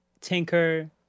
Tinker